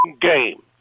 game